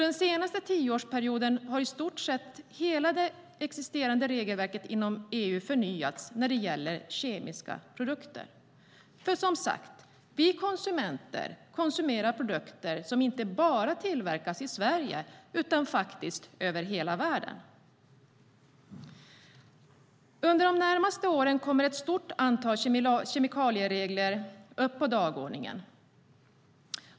Den senaste tioårsperioden har alltså i stort sett hela det existerande regelverket inom EU förnyats när det gäller kemiska produkter. Vi konsumenter konsumerar ju som sagt produkter som inte bara tillverkas i Sverige utan över hela världen. Under de närmaste åren kommer ett stort antal kemikalieregler upp på dagordningen.